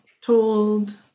told